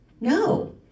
No